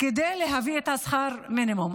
כדי להביא את שכר המינימום.